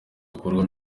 ibikorwa